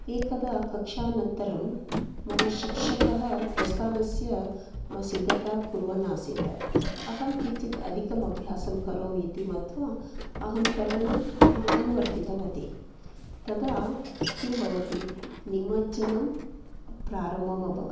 एकदा कक्षानन्तरं मम शिक्षकः प्रस्थानस्य सिद्धतां कुर्वन् आसीत् अहं किञ्चत् अधिकम् अभ्यासं करोमि इति मत्वा अहं तरणम् अनुवर्तितवती तदा किं भवति निमज्जनं प्रारम्भम् अभवत्